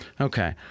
Okay